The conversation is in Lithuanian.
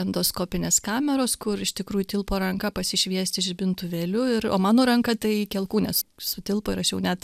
endoskopinės kameros kur iš tikrųjų tilpo ranka pasišviesti žibintuvėliu ir o mano ranka tai iki alkūnės sutilpo ir aš jau net